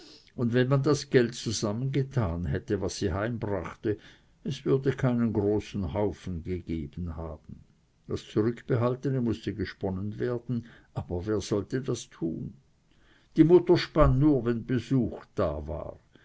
und wenn man das geld zusammengetan hätte was sie heimbrachte es würde keinen großen haufen gegeben haben das zurückbehaltene mußte gesponnen werden aber wer sollte das tun die mutter spann nur wenn besuch da war